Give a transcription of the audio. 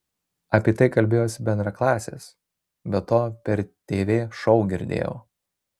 apie tai kalbėjosi bendraklasės be to per tv šou girdėjau